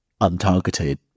untargeted